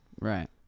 Right